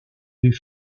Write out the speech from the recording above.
des